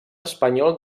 espanyol